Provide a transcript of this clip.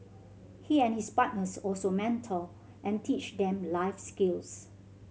he and his partners also mentor and teach them life skills